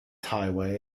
highway